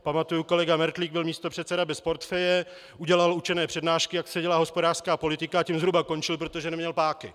Pamatuji, kolega Mertlík byl místopředseda bez portfeje, udělal učené přednášky, jak se dělá hospodářská politika, a tím zhruba končil, protože neměl páky.